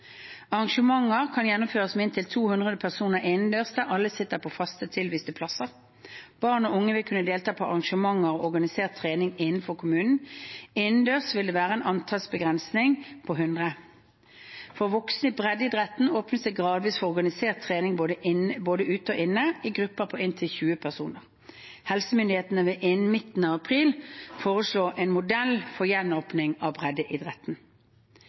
Arrangementer kan gjennomføres med inntil 200 personer innendørs der alle sitter på faste tilviste plasser. Barn og unge vil kunne delta på arrangementer og organisert trening innenfor kommunen. Innendørs vil det være en antallsbegrensning på 100. For voksne i breddeidretten åpnes det gradvis for organisert trening både ute og inne, i grupper på inntil 20 personer. Helsemyndighetene vil innen midten av april foreslå en modell for gjenåpning av breddeidretten.